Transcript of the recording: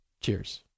Cheers